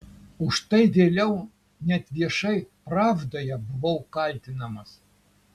už tai vėliau net viešai pravdoje buvau kaltinamas